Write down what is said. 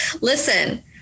listen